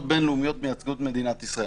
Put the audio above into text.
בין-לאומיות ומייצגות את מדינת ישראל.